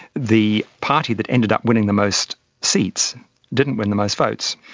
the party that ended up winning the most seats didn't win the most votes.